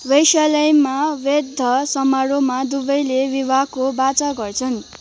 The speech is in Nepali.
वेश्यालयमा वैध समारोहमा दुवैले विवाहको वाचा गर्छन्